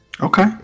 okay